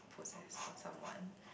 possess on someone